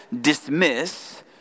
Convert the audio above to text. dismiss